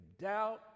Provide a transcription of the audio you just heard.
doubt